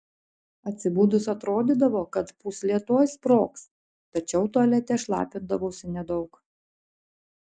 atsibudus atrodydavo kad pūslė tuoj sprogs tačiau tualete šlapindavausi nedaug